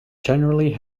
generally